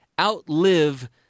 outlive